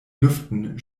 lüften